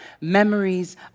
memories